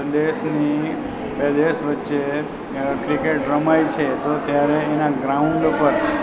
દેશની કે દેશ વચ્ચે ક્રિકેટ રમાય છે તો ત્યારે એના ગ્રાઉન્ડ ઉપર